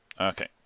Okay